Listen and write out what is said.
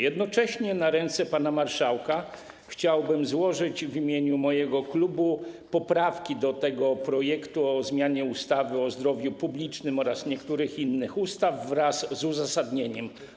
Jednocześnie na ręce pana marszałka chciałbym złożyć w imieniu mojego klubu poprawki do projektu o zmianie ustawy o zdrowiu publicznym oraz niektórych innych ustaw, wraz z uzasadnieniem.